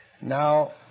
now